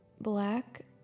black